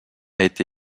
été